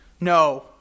No